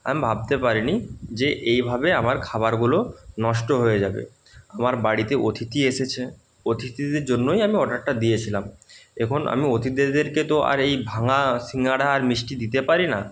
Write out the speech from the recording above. আমি ভাবতে পারিনি যে এইভাবে আমার খাবারগুলো নষ্ট হয়ে যাবে আমার বাড়িতে অতিথি এসেছে অতিথিদের জন্যই আমি অর্ডারটা দিয়েছিলাম এখন আমি অতিথিদেরকে তো আর এই ভাঙা সিঙাড়া আর মিষ্টি দিতে পারি না